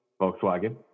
Volkswagen